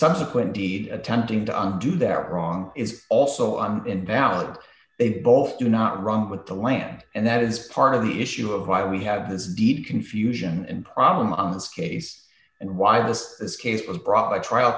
subsequent deed attempting to undo that wrong is also an invalid they both do not run with the land and that is part of the issue of why we have this deep confusion and problem on this case and why this case was brought to trial